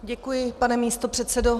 Děkuji, pane místopředsedo.